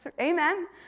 Amen